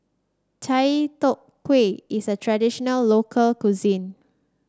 Chai Tow Kway is a traditional local cuisine